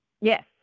Yes